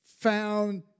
found